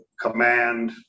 command